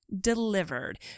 delivered